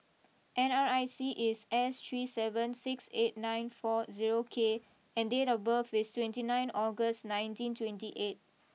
N R I C is S three seven six eight nine four zero K and date of birth is twenty nine August nineteen twenty eight